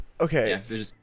okay